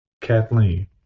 Kathleen